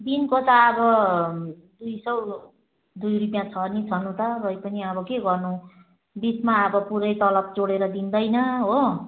दिनको त अब दुई सय दुई रुपियाँ छ नि छन त र पनि अब के गर्नु बिचमा अब पुरै तलब जोडेर दिँदैन हो